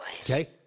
Okay